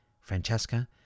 Francesca